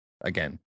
again